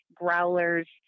growlers